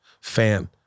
fan